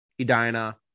Edina